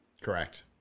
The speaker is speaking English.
Correct